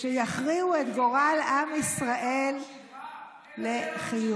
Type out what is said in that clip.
שיכריעו את גורל עם ישראל לחיוב.